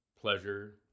...pleasure